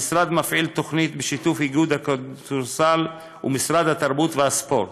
המשרד מפעיל תוכנית בשיתוף איגוד הכדורסל ומשרד התרבות והספורט,